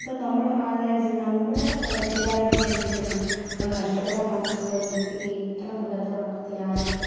ഇപ്പം നമ്മടെ ആദായം എന്നു വച്ചാൽ നമ്മുടെ ചിന്താഗതിക്ക് അനുസരിച്ചിരിക്കണം ഇപ്പം കഷ്ടപ്പെടാൻ മനസ്സുള്ള ഒരു വ്യക്തിക്ക് എത്ര മൃഗത്തെ വളർത്തിയാലും